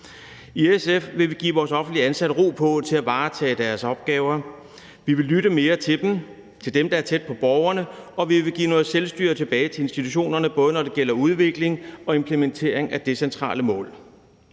I SF vil vi give vores offentlige ansatte ro til at varetage deres opgaver. Vi vil lytte mere til dem, der er tæt på borgerne, og vi vil give noget selvstyre tilbage til institutionerne, både når det gælder udvikling og implementering af decentrale mål.